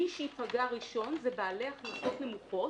מי שייפגע ראשון זה בעלי הכנסות נמוכות,